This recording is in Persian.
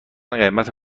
قیمت